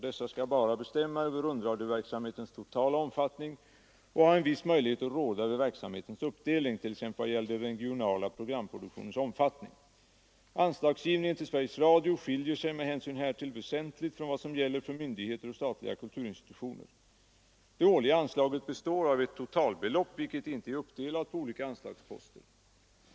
Dessa skall bara bestämma över rundradioverksamhetens totala omfattning och ha en viss möjlighet att råda över verksamhetens uppdelning t.ex. vad gäller den regionala programproduktionens omfattning. Anslagsgivningen till Sveriges Radio skiljer sig med hänsyn härtill väsentligt från vad som gäller för myndigheter och statliga kulturinstitutioner. Det årliga anslaget består av ett totalbelopp, vilket inte är uppdelat på olika anslagsposter.